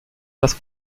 das